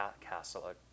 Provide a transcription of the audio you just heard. castle